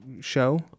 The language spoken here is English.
show